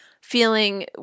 feeling